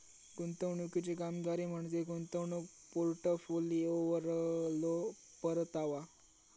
गुंतवणुकीची कामगिरी म्हणजे गुंतवणूक पोर्टफोलिओवरलो परतावा